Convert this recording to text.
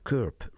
Curb